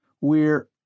We're—